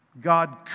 God